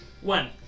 One